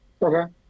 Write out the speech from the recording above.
Okay